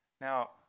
Now